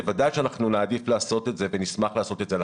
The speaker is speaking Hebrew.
בוודאי שנעדיף לעשות את זה ונשמח לעשות את זה.